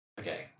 okay